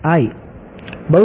બહુ સારું